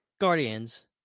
Guardians